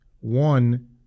One